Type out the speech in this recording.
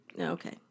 Okay